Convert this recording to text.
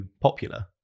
popular